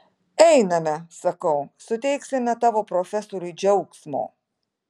einame sakau suteiksime tavo profesoriui džiaugsmo